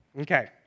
Okay